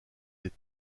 des